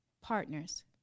partners